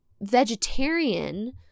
vegetarian